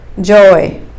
joy